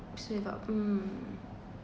save up um